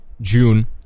june